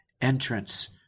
entrance